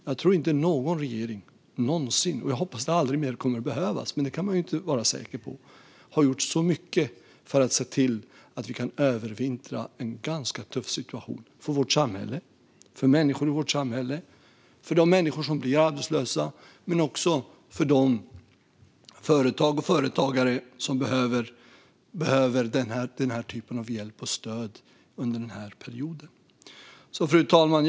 Jag tror inte att någon regering någonsin - jag hoppas att det aldrig mer kommer att behövas, men det kan man ju inte vara säker på - har gjort så mycket för att se till att vi kan övervintra en ganska tuff situation. Det gäller vårt samhälle, människor i vårt samhälle, de människor som blir arbetslösa, men också de företag och företagare som behöver den här typen av hjälp och stöd under den här perioden. Fru talman!